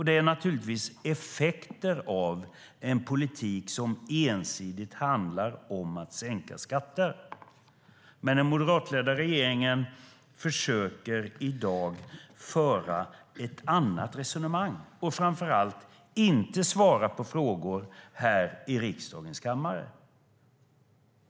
Det är naturligtvis effekter av en politik som ensidigt handlar om att sänka skatter. Men den moderatledda regeringen försöker i dag föra ett annat resonemang och framför allt att inte svara på frågor här i riksdagens kammare.